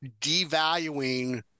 devaluing